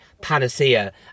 panacea